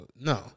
no